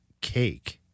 cake